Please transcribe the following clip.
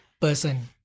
person